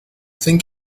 think